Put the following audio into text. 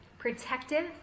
protective